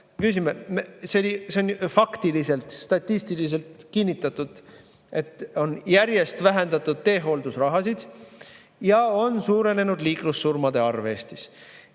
ei tea. Seda on faktiliselt, statistiliselt kinnitatud, et järjest on vähendatud teehooldusraha ja on suurenenud liiklussurmade arv Eestis.